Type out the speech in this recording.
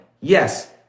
Yes